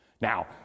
Now